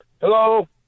Hello